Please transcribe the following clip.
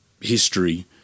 history